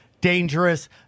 dangerous